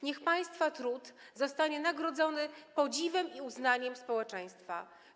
Niech państwa trud zostanie nagrodzony podziwem i uznaniem społeczeństwa.